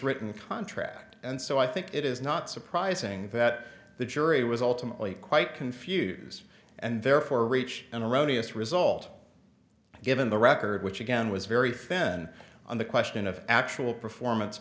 written contract and so i think it is not surprising that the jury was ultimately quite confused and therefore reach an erroneous result given the record which again was very thin on the question of actual performance